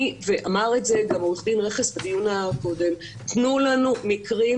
ואמר את זה גם עורך דין רכס בדיון הקודם תנו לנו מקרים,